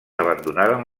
abandonaren